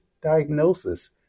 diagnosis